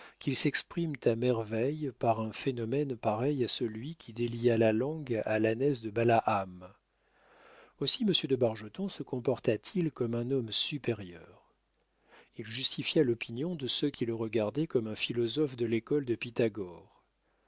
qu'ils s'expriment à merveille par un phénomène pareil à celui qui délia la langue à l'ânesse de balaam aussi monsieur de bargeton se comporta t il comme un homme supérieur il justifia l'opinion de ceux qui le regardaient comme un philosophe de l'école de pythagore